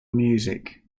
music